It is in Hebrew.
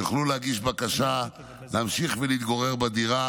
יוכלו להגיש בקשה להמשיך ולהתגורר בדירה